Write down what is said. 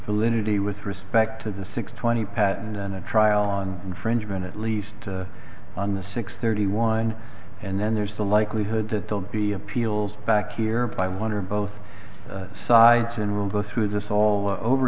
salinity with respect to the six twenty patent in a trial on infringement at least on the six thirty one and then there's the likelihood that they'll be appeals back here by one or both sides and we'll go through this all over